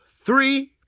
three